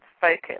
focus